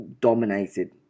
dominated